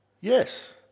Yes